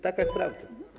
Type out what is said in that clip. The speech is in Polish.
Taka jest prawda.